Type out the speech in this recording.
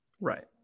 Right